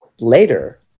later